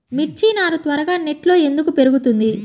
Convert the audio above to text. మిర్చి నారు త్వరగా నెట్లో ఎందుకు పెరుగుతుంది?